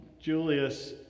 Julius